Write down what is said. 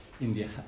India